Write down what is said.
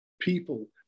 people